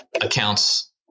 accounts